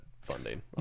funding